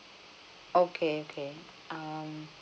okay okay um